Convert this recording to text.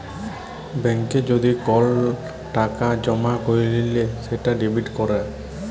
ব্যাংকে যদি কল টাকা জমা ক্যইরলে সেট ডেবিট ক্যরা